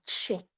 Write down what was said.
check